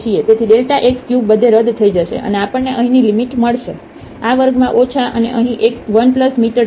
તેથી delta x cube બધે રદ થઈ જશે અને આપણને અહીંની લિમિટ મળશે આ વર્ગમાં ઓછા અને અહીં 1 મીટર 23